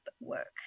work